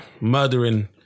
murdering